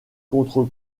contre